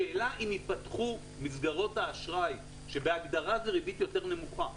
השאלה אם יפתחו מסגרות האשראי שבהגדרה זה ריבית יותר נמוכה,